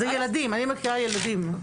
זה ילדים, אני מקריאה ילדים.